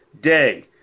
day